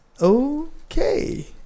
okay